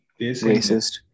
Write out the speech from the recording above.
racist